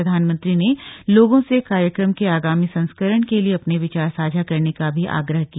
प्रधानमंत्री ने लोगों से कार्यक्रम के आगामी संस्करण के लिए अपने विचार साझा करने का भी आग्रह किया